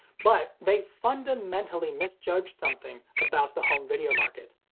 but they fundamentally misjudged something about the home video market.